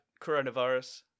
coronavirus